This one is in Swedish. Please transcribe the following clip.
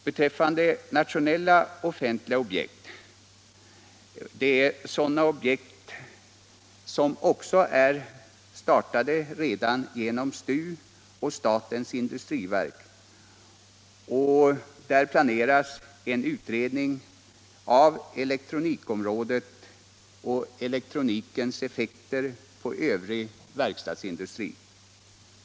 Beträffande nationella och offentliga projekt — sådana som redan är startade genom STU och statens industriverk — planeras en utredning av elektronikområdet och elektronikens effekter på övrig verkstadsindustri.